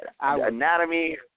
anatomy